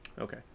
Okay